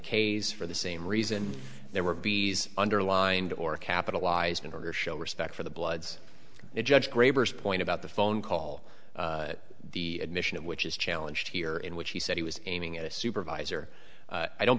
case for the same reason there were bees underlined or capitalized in order show respect for the bloods it judge graber point about the phone call the admission of which is challenge here in which he said he was aiming at a supervisor i don't